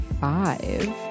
five